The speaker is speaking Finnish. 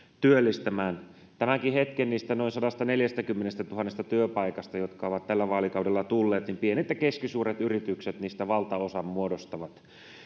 työllistämään niistä tämänkin hetken noin sadastaneljästäkymmenestätuhannesta työpaikasta jotka ovat tällä vaalikaudella tulleet pienet ja keskisuuret yritykset valtaosan muodostavat